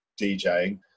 DJing